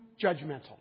judgmental